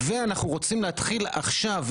ואנחנו רוצים להתחיל עכשיו,